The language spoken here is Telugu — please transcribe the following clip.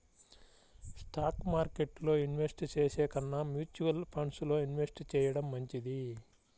స్టాక్ మార్కెట్టులో ఇన్వెస్ట్ చేసే కన్నా మ్యూచువల్ ఫండ్స్ లో ఇన్వెస్ట్ చెయ్యడం మంచిది